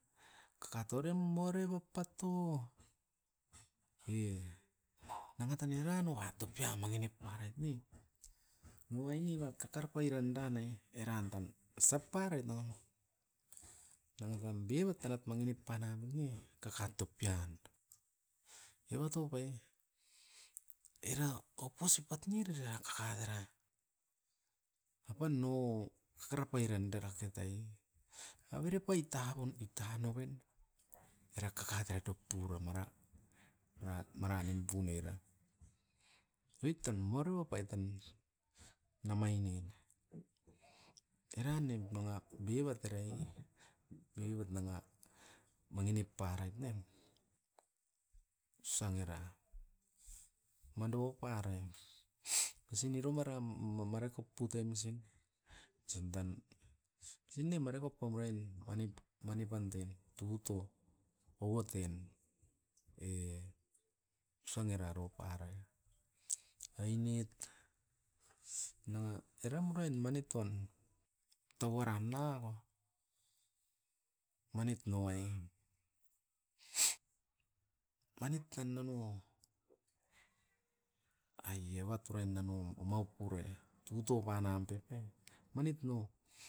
Kakatore moregu pato ne, nanga tan era nova topia mangi nip parait ne, moai niva kakar pairandan e eran tan osap parait noan, nanga tan bibat tanat mangi nip panam ne kakar topian. Eva top ai, era koposi pat'ne era kakar era, apan no kakara pairandera ketai'i. Avere pai tavon i ta noven, era kakat era diop pura mara ra mara nimpunerait. Oit tan ma rioro oit tan, namai nen. Era nem nanga bibat era ain, bibat nanga mangi nip parait ne, sipiet mikuna wan. Sipiet era kaavai ran ariki panoit, natoi ran orosan ne nim pum ukan nem, osa ngera. Mando parait isinirumaran ma marako putan misin, suntan sunai marako puam uruain manit, mani pan ten oua ten e. Osan era ro parait ainit nanga era uruain manit toan tauara nauo, manit noai. Manit tan na no, ai eva uruain nano omaup pure tuto pep e, manit no.